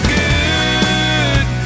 good